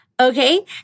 okay